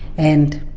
and